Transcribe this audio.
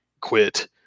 quit